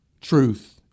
Truth